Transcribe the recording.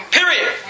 Period